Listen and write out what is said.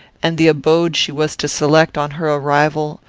and the abode she was to select, on her arrival,